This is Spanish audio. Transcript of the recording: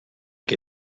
que